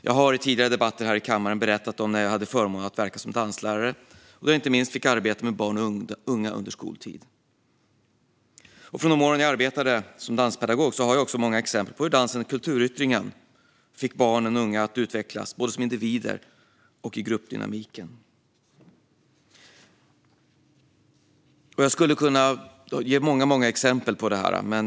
Jag har i tidigare debatter här i kammaren berättat om när jag hade förmånen att verka som danslärare och jag inte minst fick arbeta med barn och unga under skoltid. Från de år jag arbetade som danspedagog har jag många exempel på hur dansen, kulturyttringen, fick barn och unga att utvecklas både som individer och i gruppdynamiken. Jag skulle kunna ge många exempel på detta.